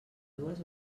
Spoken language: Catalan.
dues